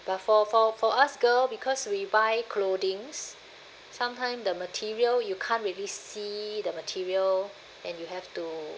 but for for for us girl because we buy clothings sometime the material you can't really see the material and you have to